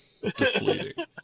deflating